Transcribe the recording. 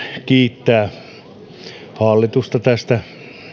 kiittää hallitusta tästä